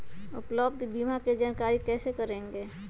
उपलब्ध बीमा के जानकारी कैसे करेगे?